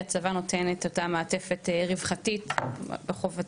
כי הצבא נותן את אותה מעטפת רווחתית בחובתו,